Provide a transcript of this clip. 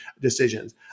decisions